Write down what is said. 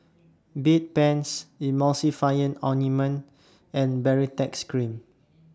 Bedpans Emulsying Ointment and Baritex Cream